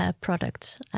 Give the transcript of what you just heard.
products